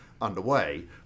underway